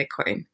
Bitcoin